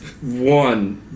One